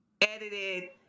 edited